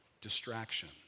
distraction